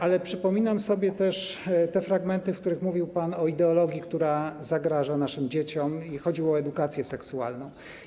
Ale przypominam sobie też fragmenty, w których mówił pan o ideologii, która zagraża naszym dzieciom, i chodziło tu o edukację seksualną.